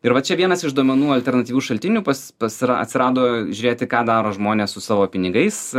ir va čia vienas iš duomenų alternatyvių šaltinių pas pasira atsirado žiūrėti ką daro žmonės su savo pinigais